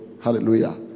Hallelujah